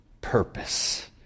purpose